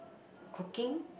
cooking